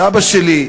סבא שלי,